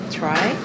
try